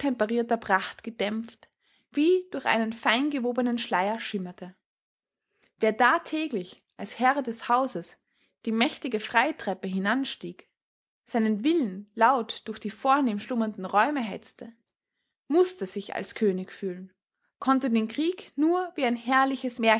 pracht gedämpft wie durch einen feingewobenen schleier schimmerte wer da täglich als herr des hauses die mächtige freitreppe hinanstieg seinen willen laut durch die vornehm schlummernden räume hetzte mußte sich als könig fühlen konnte den krieg nur wie ein herrliches